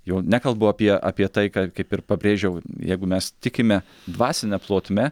jau nekalbu apie apie tai ką kaip ir pabrėžiau jeigu mes tikime dvasine plotme